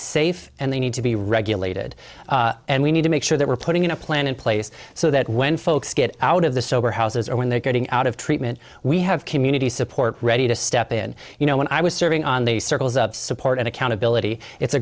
safe and they need to be regulated and we need to make sure that we're putting in a plan in place so that when folks get out of the sober houses or when they're getting out of treatment we have community support ready to step in you know when i was serving on the circles of support and accountability it's a